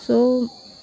so